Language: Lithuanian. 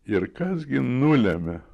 ir kas gi nulemia